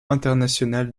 international